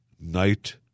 Night